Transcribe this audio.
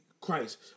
Christ